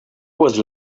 was